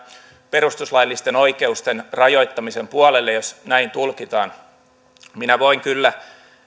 perustuslaillisten oikeuksien rajoittamisen puolelle jos näin tulkitaan minä voin kyllä